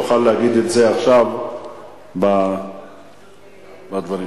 תוכל להגיד את זה עכשיו בדברים שלך.